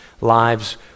lives